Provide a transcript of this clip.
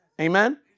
Amen